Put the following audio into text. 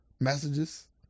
messages